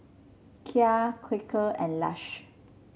Kia Quaker and Lush